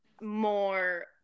more